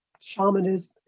shamanism